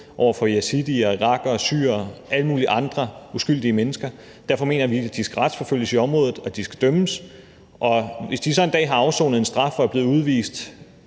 over for yazidier, irakere, syrere og alle mulige andre uskyldige mennesker. Derfor mener jeg, de skal retsforfølges i området, og de skal dømmes. Hvis de så en dag har afsonet en straf og er blevet udvist